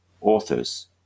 authors